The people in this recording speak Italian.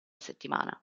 settimana